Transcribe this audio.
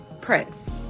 prince